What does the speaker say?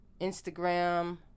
Instagram